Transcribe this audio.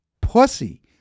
pussy